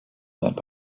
seinen